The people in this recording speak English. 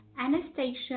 Anastasia